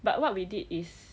but what we did is